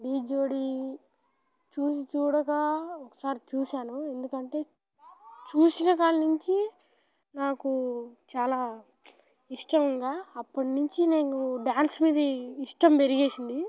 ఢీ జోడి చూసి చూడగా ఒకసారి చూశాను ఎందుకంటే చూసిన కాడి నుంచి నాకు చాలా ఇష్టంగా అప్పటి నుంచి నేను డ్యాన్స్ మీద ఇష్టం పెరిగింది